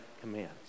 commands